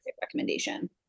recommendation